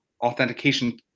authentication